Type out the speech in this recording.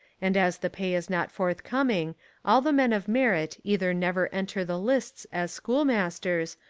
and as the pay is not forthcoming all the men of merit either never enter the lists as schoolmas ters,